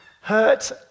hurt